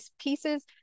pieces